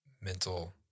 mental